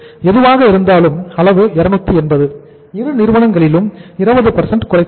எதுவாக இருந்தாலும் அளவு 280 இரு நிறுவனங்களிலும் 20 குறைத்துள்ளோம்